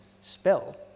spell